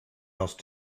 else